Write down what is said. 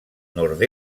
nord